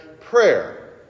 prayer